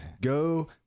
go